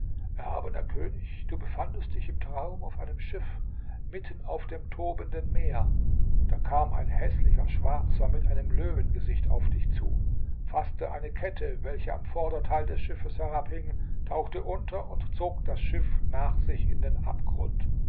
erhabener könig du befandest dich im traum auf einem schiff mitten auf dem tobenden meer da kam ein häßlicher schwarzer mit einem löwengesicht auf dich zu faßte eine kette welche am vorderteil des schiffes herabhing tauchte unter und zog das schiff nach sich in den abgrund